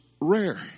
rare